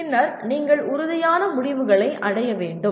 பின்னர் நீங்கள் உறுதியான முடிவுகளை அடைய வேண்டும்